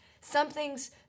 Something's